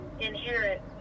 inherit